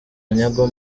onyango